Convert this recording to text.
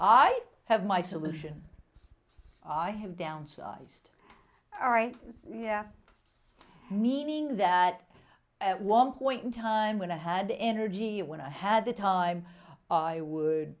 you have my solution i have downsized all right yeah meaning that at one point in time when i had the energy when i had the time i would